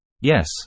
Yes